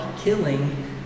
killing